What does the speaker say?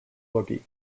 boogie